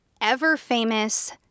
ever-famous